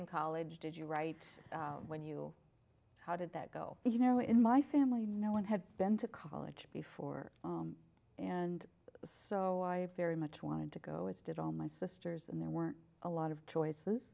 in college did you write when you how did that go you know in my family no one had been to college before and so i very much wanted to go as did all my sisters and there weren't a lot of choices